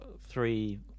three